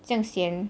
秀贤